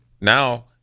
Now